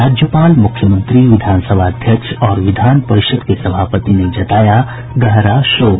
राज्यपाल मूख्यमंत्री विधानसभा अध्यक्ष और विधान परिषद के सभापति ने जताया गहरा शोक